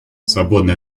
свободный